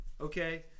Okay